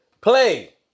Play